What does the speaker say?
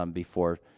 um before,